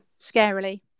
scarily